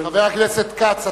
חבר הכנסת כץ,